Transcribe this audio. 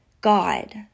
God